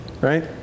right